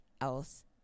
else